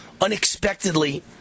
unexpectedly